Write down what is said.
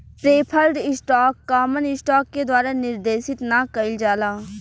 preferred stock common stock के द्वारा निर्देशित ना कइल जाला